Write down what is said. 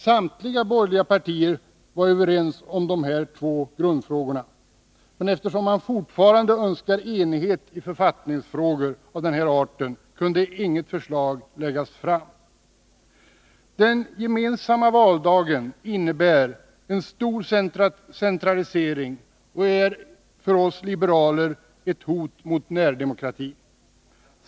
Samtliga borgerliga partier var överens i de här två grundläggande frågorna, men eftersom man fortfarande önskar enighet i författningsfrågor av denna art kunde inget förslag läggas fram. Den gemensamma valdagen innebär en stor centralisering och är enligt oss liberaler ett hot mot närdemokratin.